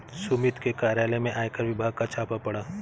सुमित के कार्यालय में आयकर विभाग का छापा पड़ा